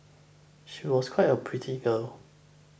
she was quite a pretty girl